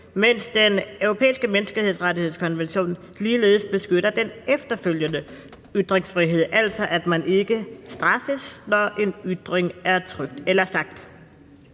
mens Den Europæiske Menneskerettighedskonvention ligeledes beskytter den efterfølgende ytringsfrihed, altså at man ikke straffes, når en ytring er trykt eller sagt.